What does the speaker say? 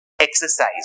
exercise